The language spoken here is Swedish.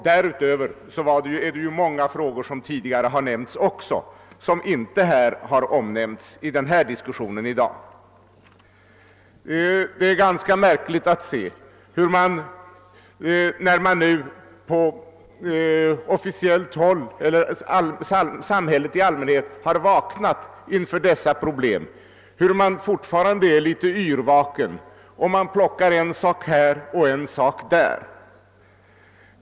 Därutöver är det många frågor, som tidigare varit uppe, som inte tagits upp i diskussio Det är ganska märkligt att se hur man, när man nu på officiellt håll och i samhället i allmänhet har vaknat inför dessa problem, dock fortfarande är litet yrvaken och plockar en sak här och en sak där.